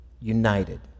united